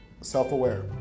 self-aware